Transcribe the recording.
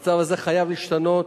המצב הזה חייב להשתנות.